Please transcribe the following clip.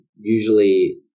usually